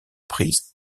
prise